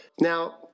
Now